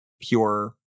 pure